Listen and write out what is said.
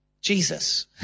Jesus